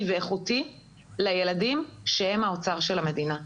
ואיכותי לילדים שהם האוצר של המדינה.